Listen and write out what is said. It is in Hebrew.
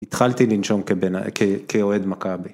התחלתי לנשום כאוהד מכבי.